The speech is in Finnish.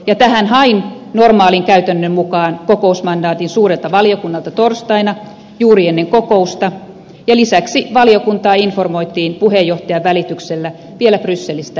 tähän hain normaalin käytännön mukaan kokousmandaatin suurelta valiokunnalta torstaina juuri ennen kokousta ja lisäksi valiokuntaa informoitiin puheenjohtajan välityksellä vielä brysselistä perjantai iltana